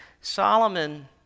Solomon